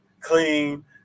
clean